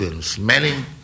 smelling